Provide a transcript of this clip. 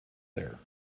there